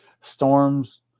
storms